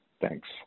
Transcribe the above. Thanks